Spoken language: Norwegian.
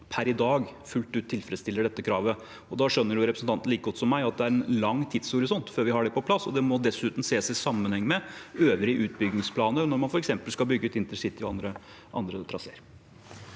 per i dag fullt ut tilfredsstiller dette kravet. Da skjønner representanten like godt som meg at det er en lang tidshorisont før vi har det på plass. Det må dessuten ses i sammenheng med øvrige utbyggingsplaner, når man f.eks. skal bygge ut intercity og andre traseer.